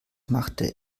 machte